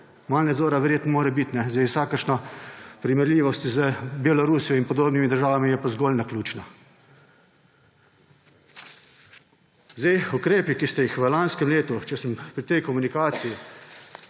Malo nadzora verjetno mora biti. Vsakršna primerljivost z Belorusijo in podobnimi državami je pa zgolj naključna. Ukrepi, ki ste jih v lanskem letu, če sem pri tej komunikaciji,